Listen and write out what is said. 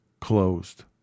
closed